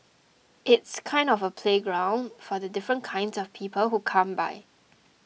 it's kind of a playground for the different kinds of people who come by